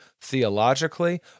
theologically